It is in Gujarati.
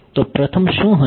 તો પ્રથમ શું હશે